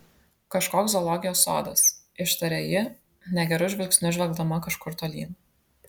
kažkoks zoologijos sodas ištarė ji negeru žvilgsniu žvelgdama kažkur tolyn